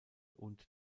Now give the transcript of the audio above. und